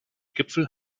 gipfel